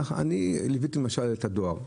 אני ליוויתי למשל את הדואר.